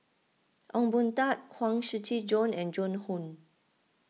Ong Boon Tat Huang Shiqi Joan and Joan Hon